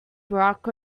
barack